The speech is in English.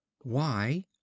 Why